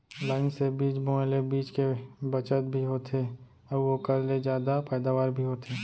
line से बीज बोए ले बीच के बचत भी होथे अउ ओकर ले जादा पैदावार भी होथे